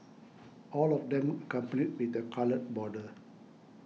all of them accompanied with a coloured border